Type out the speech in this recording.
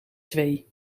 twee